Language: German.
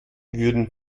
würden